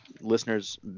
listeners